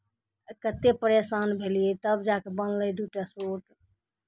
कतेक परेशान भेलियै तब जाए कऽ बनलै दू टा सूट